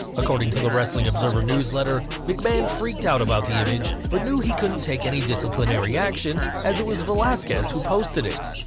according to the wrestling observer newsletter, mcmahon freaked out about the image, but knew he couldn't take any disciplinary action, as it was vellasquez who posted it.